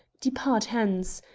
depart hence!